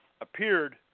appeared